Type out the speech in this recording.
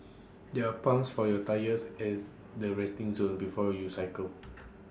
there are pumps for your tyres as the resting zone before you cycle